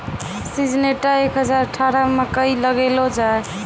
Syngenta एक हजार अठारह मकई लगैलो जाय?